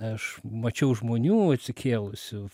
aš mačiau žmonių atsikėlusių